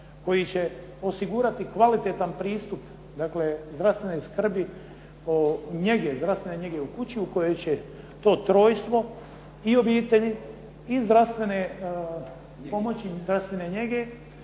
koji će osigurati kvalitetan pristup dakle zdravstvene skrbi o njege, zdravstvene njege u kući u kojoj će to trojstvo i obitelji i zdravstvene pomoći, zdravstvene njege